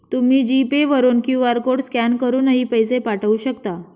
तुम्ही G pay वरून QR code scan करूनही पैसे पाठवू शकता